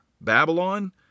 Babylon